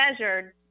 measured